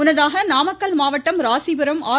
முன்னதாக நாமக்கல் மாவட்டம் ராசிபுரம் ஆர்